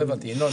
לא הבנתי, ינון.